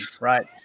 right